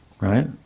right